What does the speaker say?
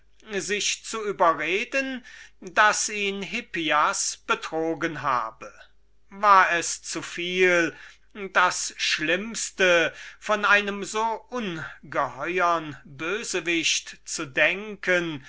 sich zu überreden daß ihn hippias betrogen habe war es zuviel das schlimmste von einem so ungeheuern bösewicht zu denken